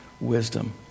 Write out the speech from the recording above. wisdom